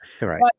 Right